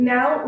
Now